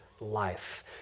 life